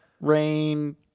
rain